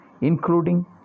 including